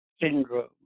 syndrome